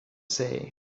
say